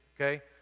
okay